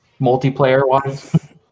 Multiplayer-wise